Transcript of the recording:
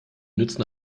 nützen